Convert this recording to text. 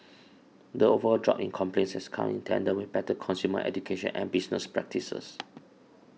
the overall drop in complaints has come in tandem with better consumer education and business practices